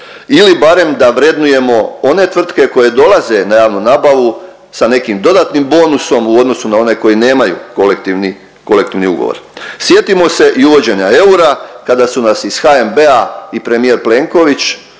ili barem da vrednujemo one tvrtke koje dolaze na javnu nabavu sa nekim dodatnim bonusom u odnosu na one koje nemaju kolektivni, kolektivni ugovor. Sjetimo se i uvođenja eura kada su nas iz HNB-a i premijer Plenković